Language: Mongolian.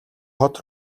хот